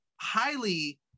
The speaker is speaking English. highly